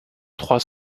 trois